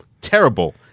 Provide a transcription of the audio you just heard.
terrible